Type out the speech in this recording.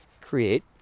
create